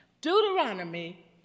Deuteronomy